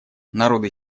народы